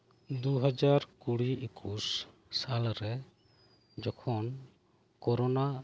ᱫᱩ ᱦᱟᱡᱟᱨ ᱠᱩᱲᱤ ᱤᱠᱩᱥ ᱥᱟᱞ ᱨᱮ ᱡᱚᱠᱷᱚᱱ ᱠᱳᱨᱳᱱᱟ